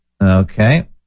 Okay